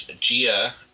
Gia